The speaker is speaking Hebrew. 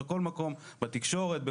בתקשורת,